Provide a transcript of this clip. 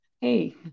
hey